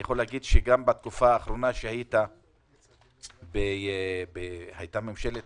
גם בתקופה האחרונה, שהיתה ממשלת